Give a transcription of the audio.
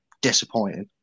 disappointing